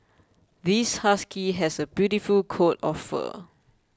this husky has a beautiful coat of fur